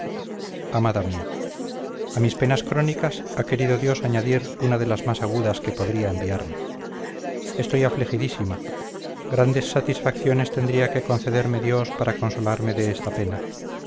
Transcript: amada mía a mis penas crónicas ha querido dios añadir una de las más agudas que podría enviarme estoy afligidísima grandes satisfacciones tendría que concederme dios para consolarme de esta pena